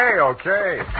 okay